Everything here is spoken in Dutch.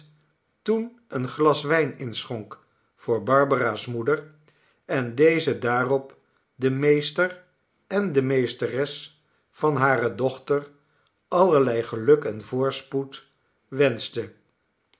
toen een glas wijn inschonk voor barbara's moeder en deze daarop den meester en de meesteres van hare dochter allerlei geluk en voorspoed wenschte